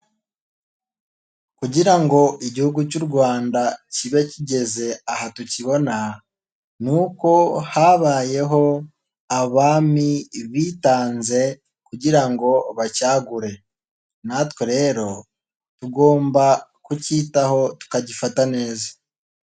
Kugira ngo Igihugu cy'u Rwanda kibe kigeze aha tukibona, ni uko habayeho abami bitanze kugira ngo bacyagure. Natwe rero tugomba kucyitaho tukagifata neza.